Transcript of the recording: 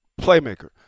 Playmaker